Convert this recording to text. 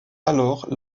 alors